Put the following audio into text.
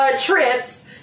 trips